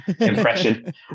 impression